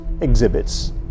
exhibits